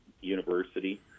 university